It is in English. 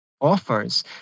offers